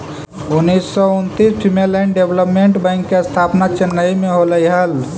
उन्नीस सौ उन्नितिस फीमेल एंड डेवलपमेंट बैंक के स्थापना चेन्नई में होलइ हल